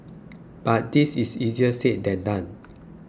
but that is easier said than done